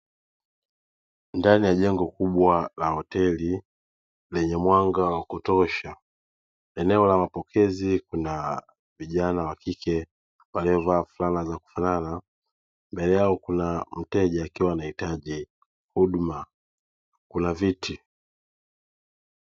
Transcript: Ndani ya jengo kubwa la hoteli lenye mwanga wa kutosha, eneo la mapokezi kuna vijana wa kike waliovaa fulana za kufanana, mbele yao kuna mteja akiwa anahitaji huduma; kuna viti.